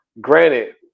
Granted